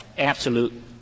absolute